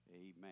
Amen